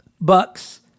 Bucks